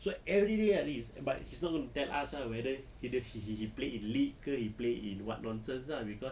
so everyday like this but he's not gonna tell us lah whether he he play in league ke he play in what nonsense ah cause